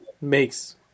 makes